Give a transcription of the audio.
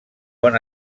bon